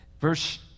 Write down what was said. Verse